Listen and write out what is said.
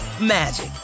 magic